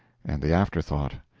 and the afterthought.